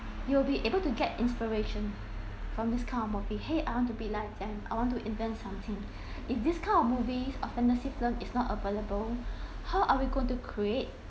you will be able to get inspiration from this kind of movie !hey! I want to be like them and I want to invent something if this kind of movies or fantasy film is not available how are we going to create